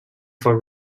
for